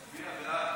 להצביע בעד.